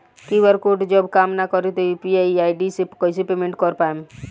QR code जब काम ना करी त यू.पी.आई आई.डी से कइसे पेमेंट कर पाएम?